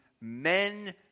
men